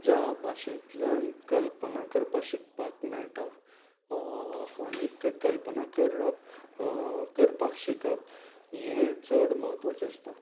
ज्या भाशेंतल्यान कल्पना करपा शिकपाक मेळटा आनीक कल्पना करप करपाक शिकप हें चड म्हत्वाचें आसता